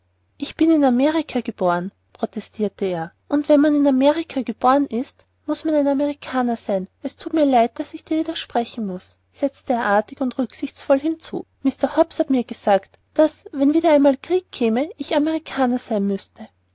ich bin in amerika geboren protestierte er und wenn man in amerika geboren ist muß man ein amerikaner sein es thut mir leid daß ich dir widersprechen muß setzte er artig und rücksichtsvoll hinzu mr hobbs hat mir gesagt daß wenn wieder einmal ein krieg käme ich ein amerikaner sein müßte